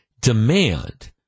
demand